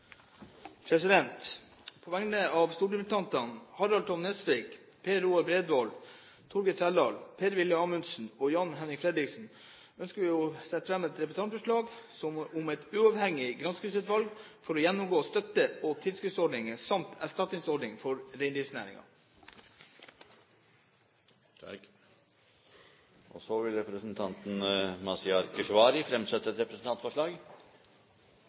På vegne av stortingsrepresentantene Harald T. Nesvik, Per Roar Bredvold, Per-Willy Amundsen, Jan-Henrik Fredriksen og meg selv ønsker jeg å sette fram et representantforslag om et uavhengig granskingsutvalg for å gjennomgå støtte- og tilskuddsordninger samt erstatningsordninger til reindriftsnæringen. Representanten Mazyar Keshvari vil fremsette et representantforslag.